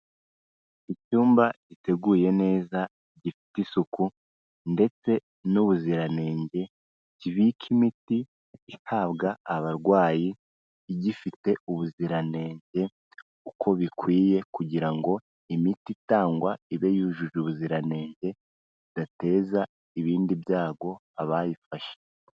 Icyumba giteguye neza gifite isuku ndetse n'ubuziranenge, kibika imiti ihabwa abarwayi igifite ubuziranenge uko bikwiye kugira ngo imiti itangwa ibe yujuje ubuziranenge, idateza ibindi byago abayifashe.